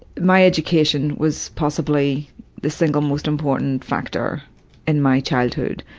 my education was possibly the single most important factor in my childhood.